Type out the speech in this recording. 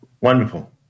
Wonderful